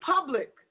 public